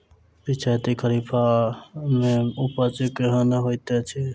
पिछैती खरीफ मे उपज केहन होइत अछि?